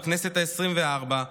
בכנסת העשרים-וארבע,